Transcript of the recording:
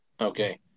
Okay